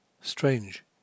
Strange